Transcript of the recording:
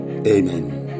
Amen